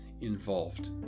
involved